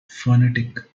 phonetic